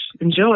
Enjoy